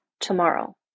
tomorrow